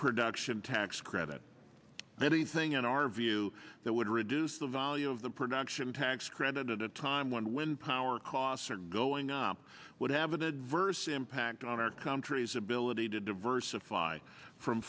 production tax credit anything in our view that would reduce the value of the production tax credit at a time when wind power costs are going up would have an adverse impact on our country's ability to diversify from